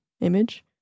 image